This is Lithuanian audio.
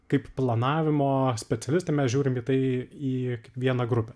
kaip planavimo specialistai mes žiūrim į tai į vieną grupę